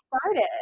started